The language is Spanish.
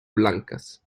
blancas